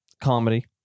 comedy